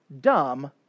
dumb